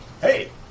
Hey